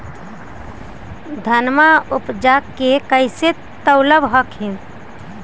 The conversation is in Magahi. धनमा उपजाके कैसे तौलब हखिन?